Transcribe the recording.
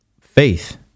faith